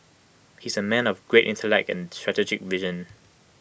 he is A man of great intellect and strategic vision